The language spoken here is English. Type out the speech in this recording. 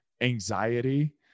anxiety